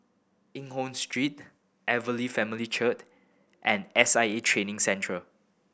Eng Hoon Street Evangel Family Church and S I A Training Centre